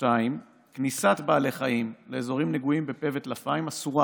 2. כניסת בעלי חיים לאזורים נגועים בפה וטלפיים אסורה